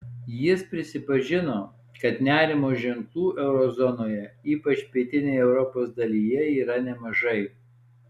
jis pripažino kad nerimo ženklų euro zonoje ypač pietinėje europos dalyje yra nemažai